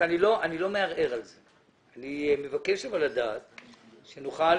אני לא מערער על זה אבל אני מבקש לדעת כדי שנוכל